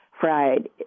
fried